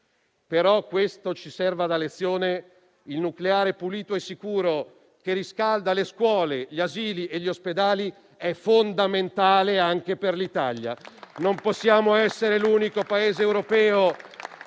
però questo ci serva da lezione: il nucleare pulito e sicuro che riscalda le scuole, gli asili e gli ospedali è fondamentale anche per l'Italia. Non possiamo essere l'unico Paese europeo